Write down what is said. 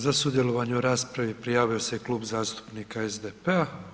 Za sudjelovanje u raspravi prijavio se i Klub zastupnika SDP-a.